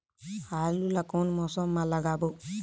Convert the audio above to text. आलू ला कोन मौसम मा लगाबो?